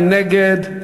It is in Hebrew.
מי נגד?